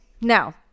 Now